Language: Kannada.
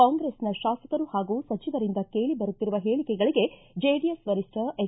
ಕಾಂಗ್ರೆಸ್ ನ ಶಾಸಕರು ಹಾಗೂ ಸಚಿವರಿಂದ ಕೇಳಿ ಬರುತ್ತಿರುವ ಹೇಳಿಕೆಗಳಿಗೆ ಜೆಡಿಎಸ್ ವರಿಷ್ಠ ಎಚ್